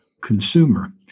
consumer